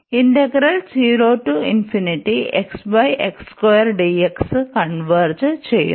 integral converge ചെയ്യുന്നു